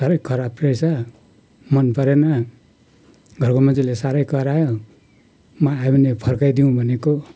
साह्रै खराब रहेछ मन परेन घरको मान्छेले साह्रै करायो म आएँ भने फर्काइदिउँ भनेको